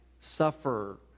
suffer